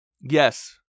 yes